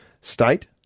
state